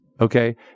okay